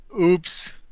Oops